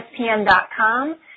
ESPN.com